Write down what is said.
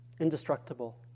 indestructible